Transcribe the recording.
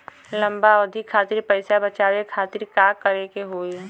लंबा अवधि खातिर पैसा बचावे खातिर का करे के होयी?